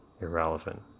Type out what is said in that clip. irrelevant